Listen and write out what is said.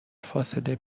فاصله